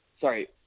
sorry